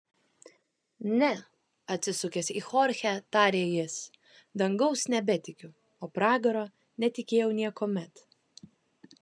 ne atsisukęs į chorchę tarė jis dangaus nebetikiu o pragaro netikėjau niekuomet